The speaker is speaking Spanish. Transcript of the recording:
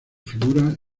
figura